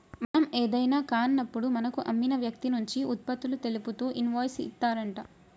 మనం ఏదైనా కాన్నప్పుడు మనకు అమ్మిన వ్యక్తి నుంచి ఉత్పత్తులు తెలుపుతూ ఇన్వాయిస్ ఇత్తారంట